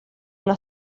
una